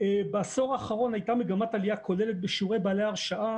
בעשור האחרון הייתה מגמת עלייה כוללת בשיעור בעלי ההרשאה